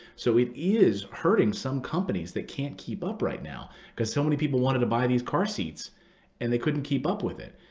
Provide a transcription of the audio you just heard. so it is hurting some companies that can't keep up right now, because so many people wanted to buy these car seats and they couldn't keep up with it.